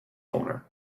owner